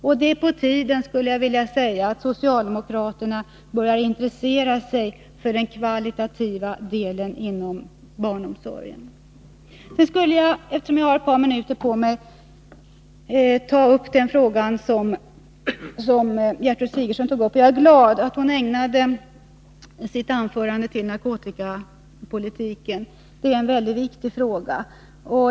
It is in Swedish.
Det är på tiden att socialdemokraterna börjar intressera sig för den kvalitativa delen inom barnomsorgen. Jag vill också, eftersom jag har ett par minuter på mig, säga några ord om den fråga som Gertrud Sigurdsen tog upp. Jag är glad att hon ägnade sitt anförande åt narkotikapolitiken. Det är en mycket viktig fråga.